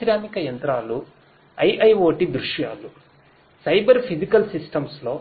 పారిశ్రామిక యంత్రాలు IIoT దృశ్యాలు సైబర్ ఫిజికల్ సిస్టమ్స్లో